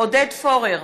עודד פורר,